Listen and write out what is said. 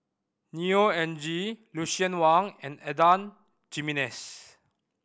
Neo Anngee Lucien Wang and Adan Jimenez